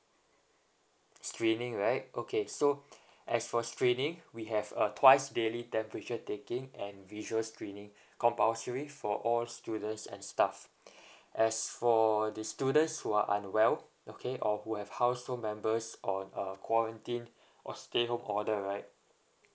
screening right okay so as for screening we have a twice daily temperature taking and visual screening compulsory for all students and stuff as for the students who are unwell okay or who have household members on a quarantine or stay home order right